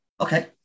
Okay